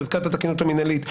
חזקת התקינות המינהלית,